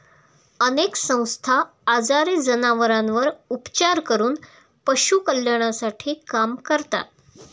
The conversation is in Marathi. अनेक संस्था आजारी जनावरांवर उपचार करून पशु कल्याणासाठी काम करतात